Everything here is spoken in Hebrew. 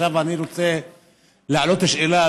עכשיו אני רוצה להעלות את השאלה,